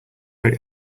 very